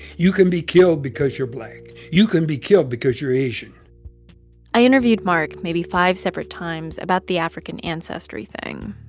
you can be killed because you're black. you can be killed because you're asian i interviewed mark maybe five separate times about the african ancestry thing,